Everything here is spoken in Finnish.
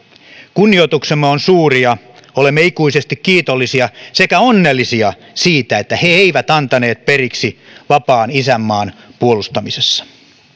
kunnioituksemme on suuri ja olemme ikuisesti kiitollisia sekä onnellisia siitä että he eivät antaneet periksi vapaan isänmaan puolustamisessa